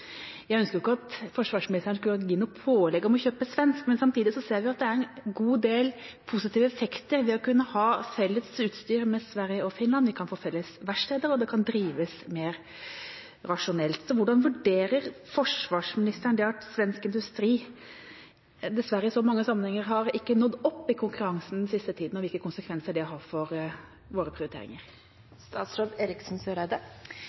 Jeg ønsker ikke at forsvarsministeren skal gi noe pålegg om å kjøpe svensk, men samtidig ser vi at det er en god del positive effekter ved å kunne ha utstyr felles med Sverige og Finland. Vi kan få felles verksteder, og det kan drives mer rasjonelt. Hvordan vurderer forsvarsministeren det at svensk industri i så mange sammenhenger den siste tida dessverre ikke har nådd opp i konkurransen, og hvilke konsekvenser det har for våre prioriteringer?